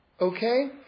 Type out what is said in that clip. Okay